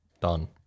done